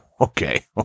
Okay